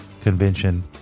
convention